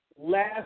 Last